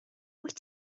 wyt